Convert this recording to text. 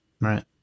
Right